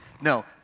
No